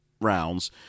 rounds